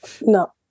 No